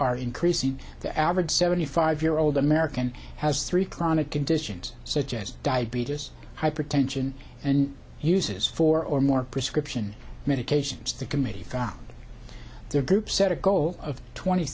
are increasing the average seventy five year old american has three chronic conditions such as diabetes hypertension and uses four or more prescription medications the committee found their group set a goal of twenty